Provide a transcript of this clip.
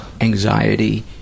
anxiety